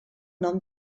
nom